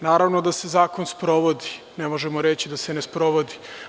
Naravno da se zakon sprovodi, ne možemo reći da se ne sprovodi.